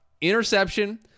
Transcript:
interception